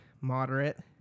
moderate